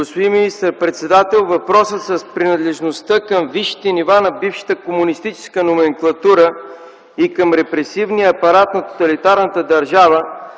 Господин министър-председател, въпросът с принадлежността към висшите нива на бившата комунистическа номенклатура и към репресивния апарат на тоталитарната държава,